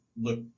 look